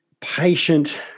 patient